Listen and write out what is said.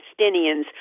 Palestinians